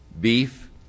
beef